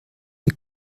wir